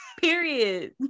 Period